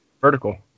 Vertical